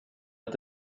att